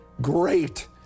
great